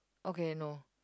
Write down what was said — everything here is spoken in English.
okay no